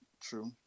True